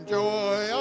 joy